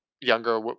younger